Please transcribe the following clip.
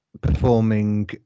performing